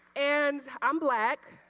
and i'm black.